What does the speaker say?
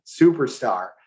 superstar